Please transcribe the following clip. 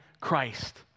Christ